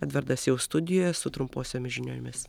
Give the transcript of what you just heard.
edvardas jau studijoje su trumposiomis žiniomis